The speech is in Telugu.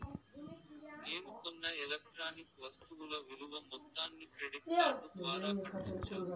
నేను కొన్న ఎలక్ట్రానిక్ వస్తువుల విలువ మొత్తాన్ని క్రెడిట్ కార్డు ద్వారా కట్టొచ్చా?